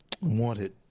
wanted